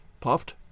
puffed